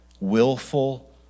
willful